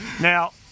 Now